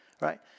right